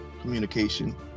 communication